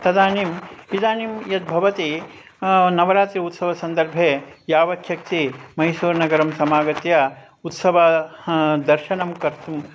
तदानीम् इदानीं यद्भवति नवरात्रि उत्सवसन्दर्भे यावच्छक्ति मैसूरुनगरं समागत्य उत्सवाः दर्शनं कर्तुं